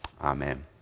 Amen